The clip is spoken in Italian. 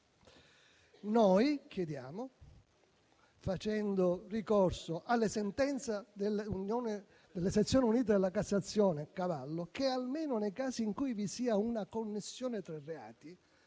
Noi chiediamo, facendo ricorso alla sentenza Cavallo delle Sezioni unite della Cassazione, che almeno nei casi in cui vi sia una connessione tra reati,